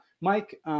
Mike